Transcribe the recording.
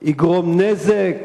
יגרום נזק